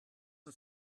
uns